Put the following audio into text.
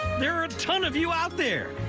there are a ton of you out there,